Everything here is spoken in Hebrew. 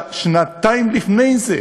שנתיים לפני זה,